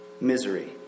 misery